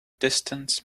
distance